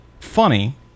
funny